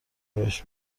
بهش